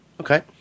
Okay